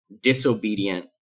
disobedient